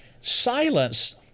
Silence